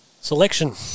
Selection